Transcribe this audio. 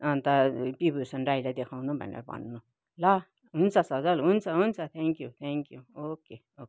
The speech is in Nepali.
अन्त पी भुसन राईलाई देखाउनु भनेर भन्नु ल हुन्छ सजल हुन्छ हुन्छ thank you thank you okay okay